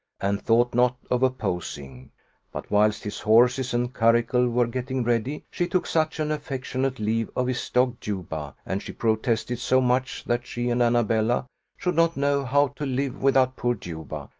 and thought not of opposing but whilst his horses and curricle were getting ready, she took such an affectionate leave of his dog juba, and she protested so much that she and annabella should not know how to live without poor juba,